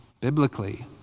Biblically